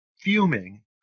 fuming